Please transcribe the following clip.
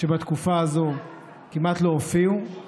שבתקופה הזאת כמעט לא הופיעו.